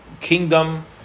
kingdom